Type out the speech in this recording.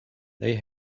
they